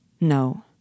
No